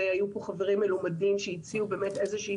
והיו פה חברים מלומדים שהציעו איזושהי